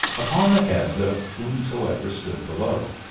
upon the heads of whomsoever stood below.